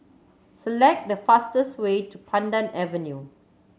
select the fastest way to Pandan Avenue